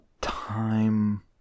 Time